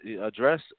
address